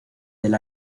del